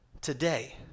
today